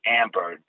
amber